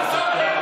לך.